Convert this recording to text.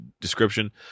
description